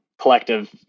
collective